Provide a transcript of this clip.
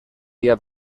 dia